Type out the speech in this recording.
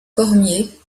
cormier